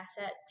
asset